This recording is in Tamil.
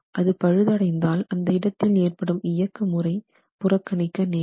அது பழுது அடைந்தால் அந்த இடத்தில் ஏற்படும் இயக்கமுறை புறக்கணிக்க நேரிடும்